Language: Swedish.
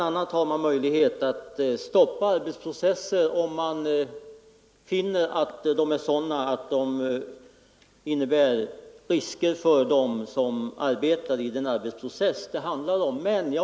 a. har de möjlighet att stoppa en arbetsprocess om de finner att processen innebär risker för dem som arbetar i processen.